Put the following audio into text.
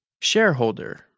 shareholder